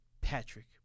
Patrick